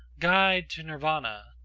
guide to nirvana,